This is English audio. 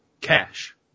cash